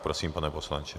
Prosím, pane poslanče.